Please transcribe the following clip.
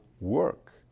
work